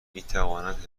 میتوانند